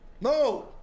No